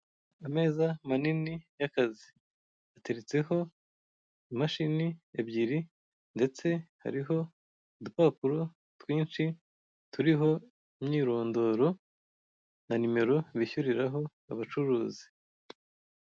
Ameza manini y'akazi, ateretseho imashini ebyiri ndetse hariho udupapuro twinshi turiho imyirondoro na nimero bishyuriraho abacuruzi.